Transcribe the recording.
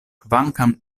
kvankam